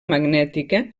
magnètica